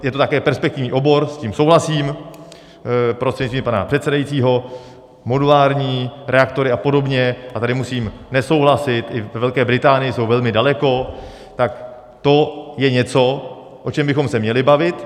je to také perspektivní obor, s tím souhlasím, prostřednictvím pana předsedajícího, modulární reaktory a podobně, a tady musím nesouhlasit, i ve Velké Británii jsou velmi daleko, tak to je něco, o čem bychom se měli bavit.